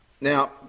Now